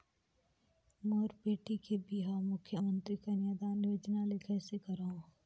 मोर बेटी के बिहाव मुख्यमंतरी कन्यादान योजना ले कइसे करव?